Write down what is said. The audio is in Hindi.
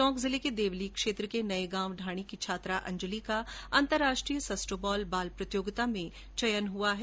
टोंक जिले के देवली क्षेत्र की नये गांव ढाणी की छात्रा अंजली का अंतरराष्ट्रीय सस्टोबाल बाल प्रतियोगिता में चयन हुआ है